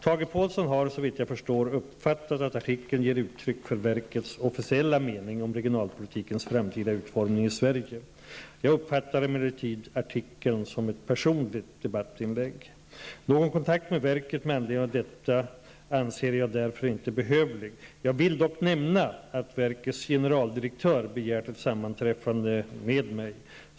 Tage Påhlsson har, såvitt jag förstår, uppfattat att artikeln ger uttryck för verkets officiella mening om regionalpolitikens framtida utformning i Sverige. Jag uppfattar emellertid artikeln som ett personligt debattinlägg. Någon kontakt med verket med anledning av detta anser jag därför inte behövlig. Jag vill dock nämna att verkets generaldirektör begärt ett sammanträffande med mig.